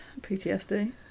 PTSD